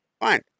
Fine